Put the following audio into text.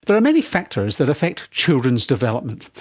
there are many factors that affect children's development,